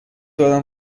دارم